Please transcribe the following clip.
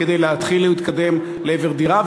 להתחיל להתקדם לעבר דירה,